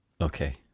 okay